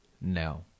No